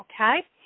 okay